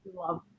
love